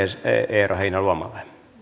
eero heinäluomalle